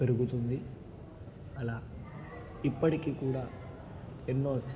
పెరుగుతుంది అలా ఇప్పటికీ కూడా ఎన్నో